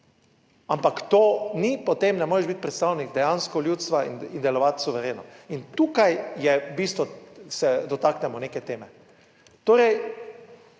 Ampak to ni potem, ne moreš biti predstavnik dejansko ljudstva in delovati suvereno. In tukaj je v bistvu, se dotaknemo neke teme.